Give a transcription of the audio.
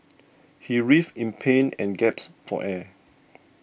he writhed in pain and gasped for air